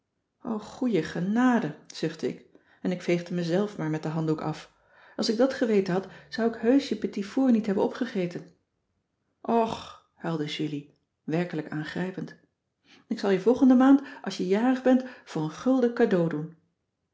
goeie genade zuchtte ik en ik veegde mezelf maar met den handdoek af als ik dat geweten had cissy van marxveldt de h b s tijd van joop ter heul zou ik heusch je petit fours niet hebben opgegeten och huilde julie werkelijk aangrijpend ik zal je volgende maand als je jarig bent voor een gulden cadeau doen